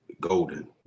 golden